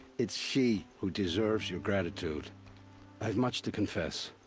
it's she. who deserves your gratitude. i have much to confess.